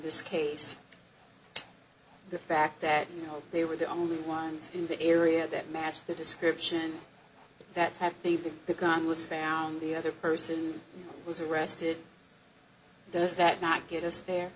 this case the fact that you know they were the only ones in the area that matched the description that's happy that the gun was found the other person was arrested does that not get us there